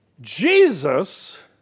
Jesus